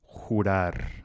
jurar